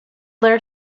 their